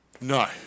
No